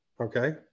Okay